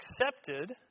accepted